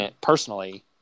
personally